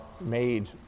made